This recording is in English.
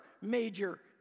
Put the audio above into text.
major